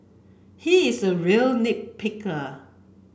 he is a real nit picker